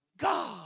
God